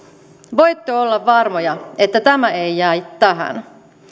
voitte olla varmoja että tämä ei jää tähän